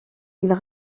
ils